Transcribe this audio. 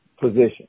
position